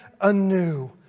anew